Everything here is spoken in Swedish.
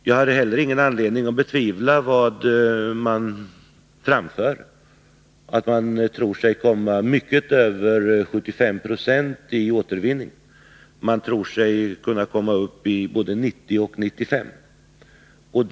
Jag har heller ingen anledning att betvivla vad man framfört, nämligen att man tror sig komma mycket över 75 Jo i återvinning. Man tror sig kunna komma upp i både 90 och 95 96.